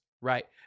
right